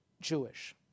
Jewish